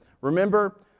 remember